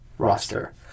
Roster